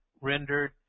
rendered